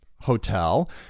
hotel